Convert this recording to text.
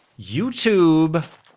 YouTube